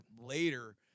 later